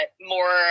more